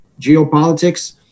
geopolitics